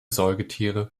säugetiere